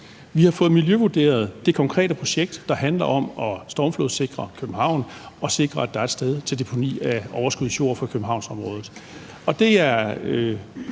Vi har fået miljøvurderet det konkrete projekt, der handler om at stormflodssikre København og sikre, at der er et sted til deponi af overskudsjord fra Københavnsområdet.